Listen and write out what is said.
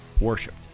worshipped